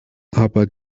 aber